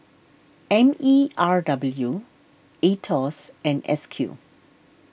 M E R W Aetos and S Q